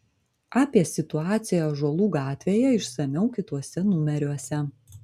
apie situaciją ąžuolų gatvėje išsamiau kituose numeriuose